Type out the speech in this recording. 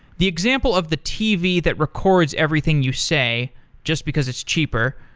the example of the tv that records everything you say just because it's cheaper,